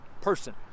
person